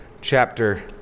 chapter